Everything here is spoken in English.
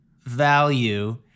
value